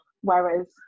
whereas